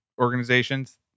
organizations